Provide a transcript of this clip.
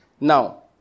Now